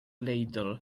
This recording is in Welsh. leidr